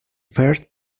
first